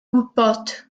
gwybod